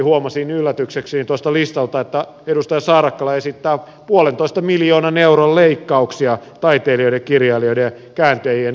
huomasin yllätyksekseni tuosta listalta että edustaja saarakkala esittää puolentoista miljoonan euron leikkauksia taiteilijoiden kirjailijoiden ja kääntäjien apurahoihin